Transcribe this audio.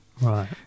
Right